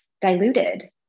diluted